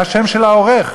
היה שם של העורך,